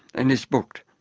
and is booked.